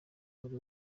buri